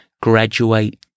Graduate